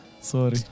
sorry